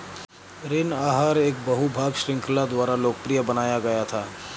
ऋण आहार एक बहु भाग श्रृंखला द्वारा लोकप्रिय बनाया गया था